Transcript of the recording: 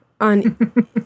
on